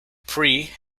prix